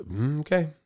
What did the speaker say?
okay